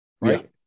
right